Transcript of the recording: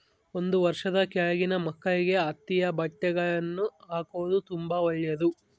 ಒಂದು ವರ್ಷದ ಕೆಳಗಿನ ಮಕ್ಕಳಿಗೆ ಹತ್ತಿಯ ಬಟ್ಟೆಗಳ್ನ ಹಾಕೊದು ತುಂಬಾ ಒಳ್ಳೆದು